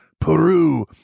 peru